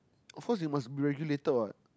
of course you must be regulated what